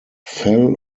fell